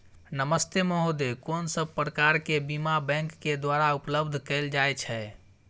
नमस्ते महोदय, कोन सब प्रकार के बीमा बैंक के द्वारा उपलब्ध कैल जाए छै?